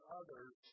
others